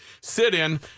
sit-in